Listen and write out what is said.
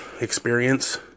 experience